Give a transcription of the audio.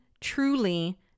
truly